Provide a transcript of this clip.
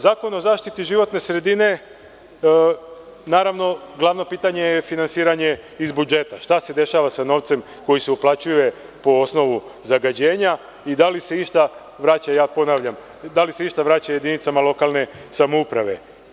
Zakon o zaštiti životne sredine, glavno pitanje je finansiranje iz budžeta i šta se dešava sa novcem koji se uplaćuje po osnovu zagađenja i da li se išta vraća jedinicama lokalne samouprave?